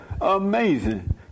Amazing